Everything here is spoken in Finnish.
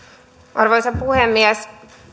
arvoisa puhemies